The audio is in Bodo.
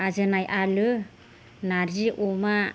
आजनाय आलु नारजि अमा